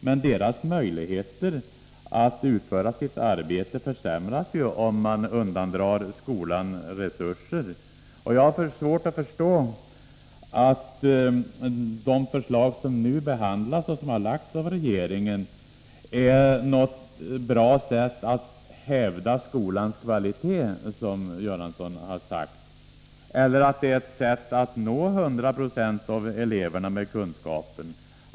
Men deras möjligheter att utföra sitt arbete försämras ju om man undandrar skolan resurser. Jag har svårt att förstå att de förslag som framlagts av regeringen och som nu behandlas är ett bra sätt att hävda skolans kvalitet, som Bengt Göransson har sagt sig vilja göra, eller att nå hundra procent av eleverna med kunskapen.